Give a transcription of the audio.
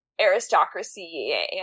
aristocracy